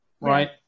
right